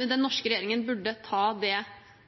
den norske regjeringen burde ta det